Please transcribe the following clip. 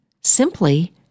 Simply